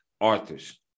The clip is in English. authors